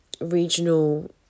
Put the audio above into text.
Regional